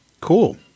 cool